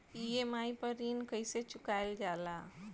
EMI पर ऋण कईसे चुकाईल जाला?